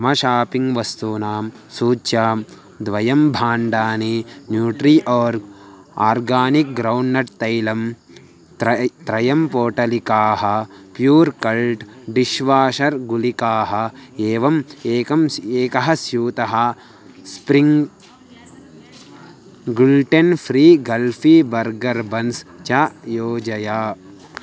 मम शापिङ्ग् वस्तूनां सूच्यां द्वयं भाण्डानि न्यूट्रि आर्ग् आर्गानिक् ग्रौण्ड्नट् तैलं त्रय् त्रयं पोटलिकाः प्यूर् कल्ट् डिश्वाशर् गुलिकाः एवम् एकः एकः स्यूतः स्प्रिङ्ग् गुल्टेन् फ़्री गल्फ़ी बर्गर् बन्स् च योजय